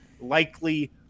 likely